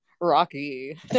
Rocky